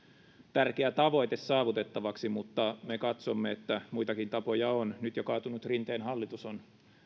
tärkeä tavoite saavutettavaksi mutta me katsomme että muitakin tapoja on nyt jo kaatunut rinteen hallitus on